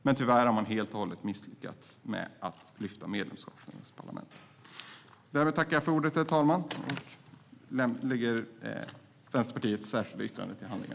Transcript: Men tyvärr har man helt och hållet misslyckats med att lyfta parlamenten i medlemsstaterna.